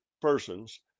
persons